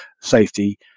safety